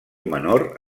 menor